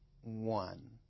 one